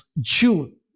June